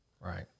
Right